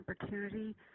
opportunity